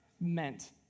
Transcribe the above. meant